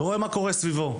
ורואה מה קורה סביבו,